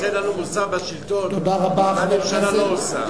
הוא נותן לנו מוסר בשלטון, מה הממשלה לא עושה.